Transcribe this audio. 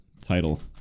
title